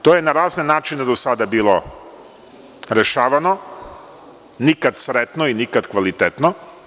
To je na razne načine do sada bilo rešavano, nikada sretno i nikada kvalitetno.